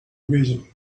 reason